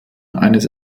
eines